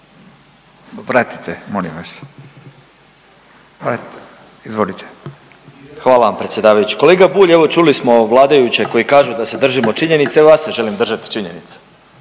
vratite, izvolite/…. Hvala vam predsjedavajući. Kolega Bulj, evo čuli smo vladajuće koji kažu da se držimo činjenice, evo ja se želim držati činjenice.